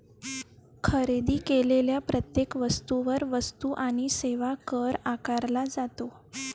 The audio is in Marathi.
खरेदी केलेल्या प्रत्येक वस्तूवर वस्तू आणि सेवा कर आकारला जातो